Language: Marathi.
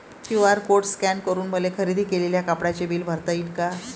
क्यू.आर कोड स्कॅन करून मले खरेदी केलेल्या कापडाचे बिल भरता यीन का?